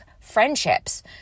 friendships